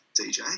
DJ